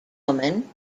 woman